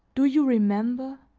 do you remember,